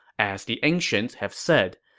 as the ancients have said,